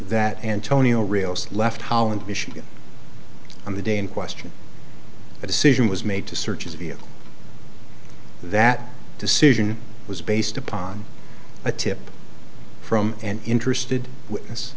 that antonio rios left holland michigan on the day in question a decision was made to search his vehicle that decision was based upon a tip from an interested witness